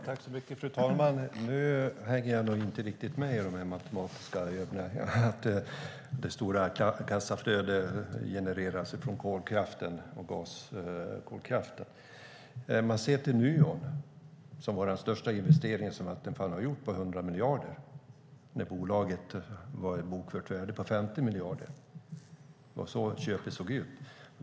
Fru talman! Jag hänger nog inte riktigt med i de här matematiska övningarna när det gäller att det stora kassaflödet genereras från kol och gaskolkraft. Nuon var den största investeringen som Vattenfall har gjort, på 100 miljarder när bolaget hade ett bokfört värde på 50 miljarder. Så såg köpet ut.